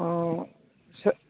अ सोर